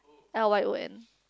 L_Y_O_N